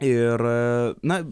ir na